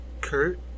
Kurt